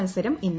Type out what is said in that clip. മത്സരം ഇന്ന്